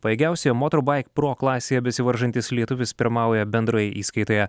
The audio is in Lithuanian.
pajėgiausioje motorbike pro klasėje besivaržantis lietuvis pirmauja bendroje įskaitoje